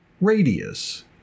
radius